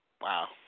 Wow